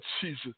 Jesus